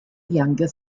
younger